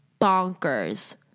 bonkers